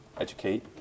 educate